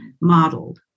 modeled